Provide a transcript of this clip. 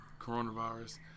coronavirus